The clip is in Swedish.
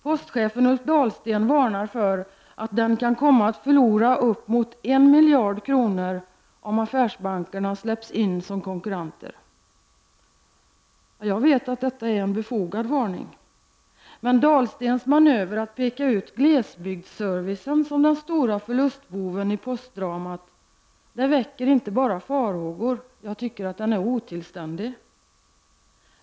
Postchefen Ulf Dahlsten varnar för att den kan komma att förlora upp mot 1 miljard kronor om affärsbankerna släpps in som konkurrenter. Jag vet att detta är en befogad varning. Men Dahlstens manöver att peka ut glesbygdsservicen som den stora förlustboven i postdramat väcker inte bara farhågor; jag tycker att den är otillständig.